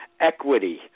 equity